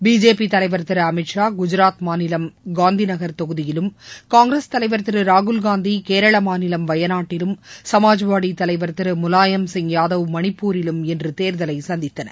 BJP தலைவர் திரு அமித் ஷா குஜாத் மாநிலம் காந்திநகர் தொகுதியிலும் காங்கிரஸ் தலைவர் திரு ராகுல்காந்தி கேரள மாநிலம் வயநாட்டிலும் சமாஜ்வாதி தலைவர் திரு முலாயம் சிங் யாதவ் மணிப்பூரிலும் இன்று தேர்தலை சந்தித்தனர்